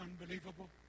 unbelievable